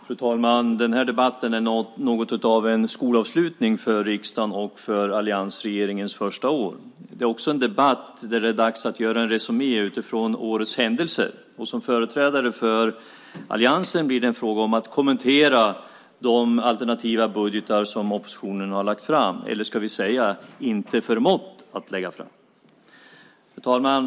Fru talman! Den här debatten är något av en skolavslutning för riksdagen och för alliansregeringens första år. Det är också en debatt där det är dags att göra en resumé utifrån årets händelser, och för mig som företrädare för alliansen blir det fråga om att kommentar de alternativa budgetar som oppositionen har lagt fram - eller vi kanske ska säga: inte förmått att lägga fram. Fru talman!